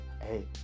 Hey